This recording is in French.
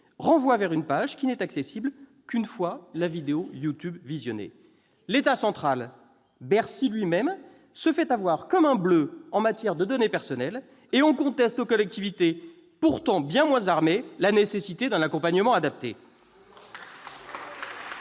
renvoie vers une page qui n'est accessible qu'une fois la vidéo YouTube visionnée ! L'État central, Bercy lui-même, se fait avoir comme un bleu en matière de données personnelles et on conteste aux collectivités, pourtant bien moins armées, la nécessité d'un accompagnement adapté.